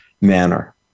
manner